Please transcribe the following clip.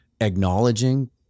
acknowledging